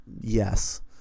Yes